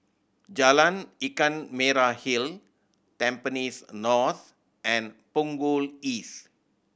Jalan Ikan Merah Hill Tampines North and Punggol East